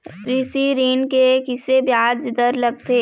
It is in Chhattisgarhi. कृषि ऋण के किसे ब्याज दर लगथे?